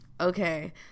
Okay